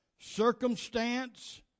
circumstance